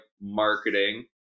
marketing